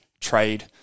trade